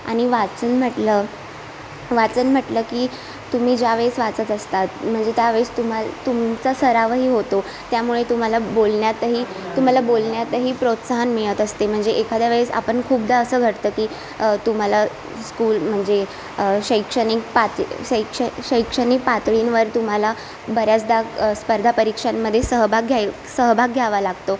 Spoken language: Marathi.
आणि वाचन म्हटलं वाचन म्हटलं की तुम्ही ज्यावेळेस वाचतं असतात म्हणजे त्यावेळेस तुम्हाला तुमचा सरावही होतो त्यामुळे तुम्हाला बोलण्यातही तुम्हाला बोलण्यातही प्रोत्साहन मिळत असते म्हणजे एखाद्या वेळेस आपण खूपदा असं घडतं की तुम्हाला स्कूल म्हणजे शैक्षणिक पाती शैक्ष शैक्षणिक पातळींवर तुम्हाला बऱ्याचदा स्पर्धा परीक्षांमध्ये सहभाग घ्याय सहभाग घ्यावा लागतो